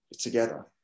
together